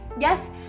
yes